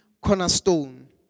cornerstone